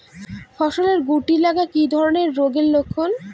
ফসলে শুটি লাগা কি ধরনের রোগের লক্ষণ?